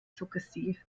suggestiv